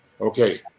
Okay